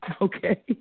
okay